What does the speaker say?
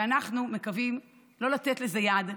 ואנחנו מקווים לא לתת לזה יד,